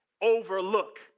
overlook